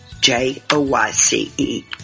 J-O-Y-C-E